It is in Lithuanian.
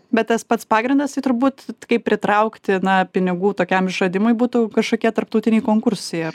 bet tas pats pagrindas tai turbūt kaip pritraukti na pinigų tokiam išradimui būtų kažkokie tarptautiniai konkursai ar